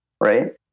right